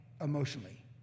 emotionally